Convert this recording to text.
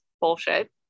bullshit